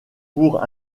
pour